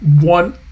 one